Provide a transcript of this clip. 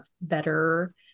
better